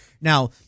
Now